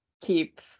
keep